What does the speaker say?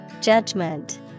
Judgment